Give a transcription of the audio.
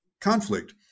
conflict